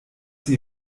sie